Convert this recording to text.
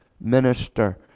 minister